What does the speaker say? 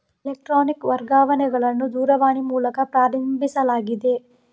electronic ವರ್ಗಾವಣೆಗಳನ್ನು ದೂರವಾಣಿ ಮೂಲಕ ಪ್ರಾರಂಭಿಸಲಾಗಿದೆ